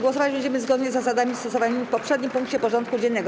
Głosować będziemy zgodnie z zasadami stosowanymi w poprzednim punkcie porządku dziennego.